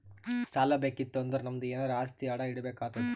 ಸಾಲಾ ಬೇಕಿತ್ತು ಅಂದುರ್ ನಮ್ದು ಎನಾರೇ ಆಸ್ತಿ ಅಡಾ ಇಡ್ಬೇಕ್ ಆತ್ತುದ್